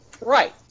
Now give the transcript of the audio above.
Right